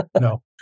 No